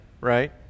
right